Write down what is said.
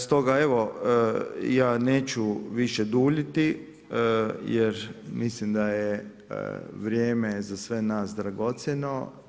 Stoga evo ja neću više duljiti jer mislim da je vrijeme za sve nas dragocjeno.